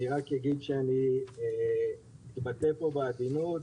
אגיד רק שאני אתבטא פה בעדינות.